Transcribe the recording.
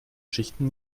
schichten